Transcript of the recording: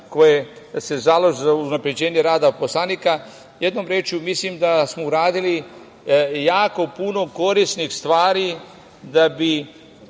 koje se zalažu za unapređenje rada poslanika. Jednom rečju, mislim da smo uradili jako puno korisnih stvari da bi